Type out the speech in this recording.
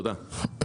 תודה.